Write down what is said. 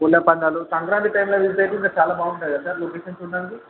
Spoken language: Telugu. కోళ్ళ పందాలు సంక్రాంతి టైమ్లో విజిట్ చేస్తే ఇంకా చాలా బాగుంటాయి కదా సార్ లొకేషన్ చూడటానికి